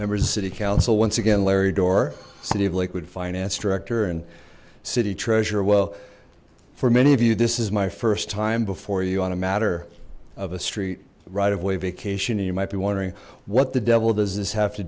numbers city council once again larry door city of lakewood finance director and city treasurer well for many of you this is my first time before you on a matter of a street right of way vacationing you might be wondering what the devil does this have to